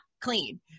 clean